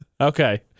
Okay